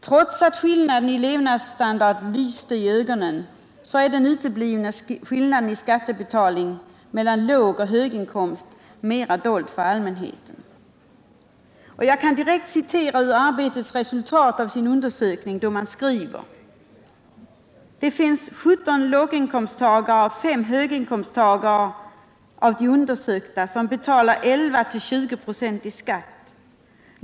Trots att skillnaden i levnadsstandard lyste i ögonen är den uteblivna skillnaden i skattebetalning mellan lågoch höginkomst mera dold för allmänheten. Jag kan direkt citera ur Arbetets resultat av undersökningen: ”Det finns 17 låginkomsttagare och 5 höginkomsttagare som betalar 11-20 procent i skatt.